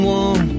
one